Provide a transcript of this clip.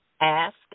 Ask